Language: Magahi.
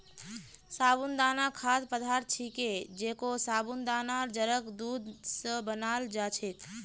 साबूदाना खाद्य पदार्थ छिके जेको साबूदानार जड़क दूध स बनाल जा छेक